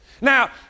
Now